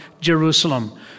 Jerusalem